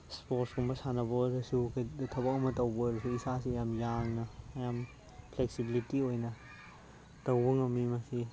ꯏꯁꯄꯣꯔꯠꯁꯀꯨꯝꯕ ꯁꯥꯟꯅꯕ ꯑꯣꯏꯔꯁꯨ ꯊꯕꯛ ꯑꯃ ꯇꯧꯕ ꯑꯣꯏꯔꯁꯨ ꯏꯁꯥꯁꯤ ꯌꯥꯝ ꯌꯥꯡꯅ ꯌꯥꯝ ꯐ꯭ꯋꯦꯛꯁꯤꯕꯤꯂꯤꯇꯤ ꯑꯣꯏꯅ ꯇꯧꯕ ꯉꯝꯃꯤ ꯃꯁꯤ